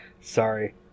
Sorry